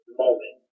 moment